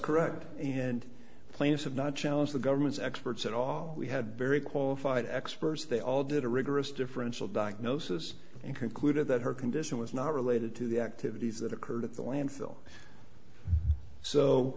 correct and plaintiffs have not challenge the government's experts at all we had very qualified experts they all did a rigorous differential diagnosis and concluded that her condition was not related to the activities that occurred at the landfill so